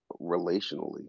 relationally